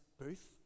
booth